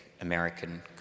American